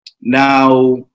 Now